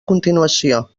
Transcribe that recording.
continuació